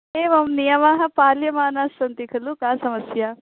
एवं नियमाः पाल्यमानास्सन्ति खलु का समस्या